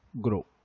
grow